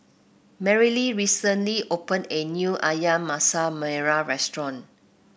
Merrilee recently open a new ayam Masak Merah Restaurant